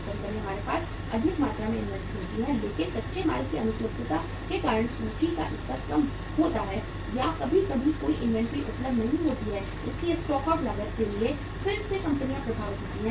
कभी कभी हमारे पास अधिक मात्रा में इन्वेंट्री होती है लेकिन कच्चे माल की अनुपलब्धता के कारण सूची का स्तर बहुत कम होता है या कभी कभी कोई इन्वेंट्री उपलब्ध नहीं होती है इसलिए स्टॉक आउट लागत के लिए फिर से कंपनियां प्रभावित होती हैं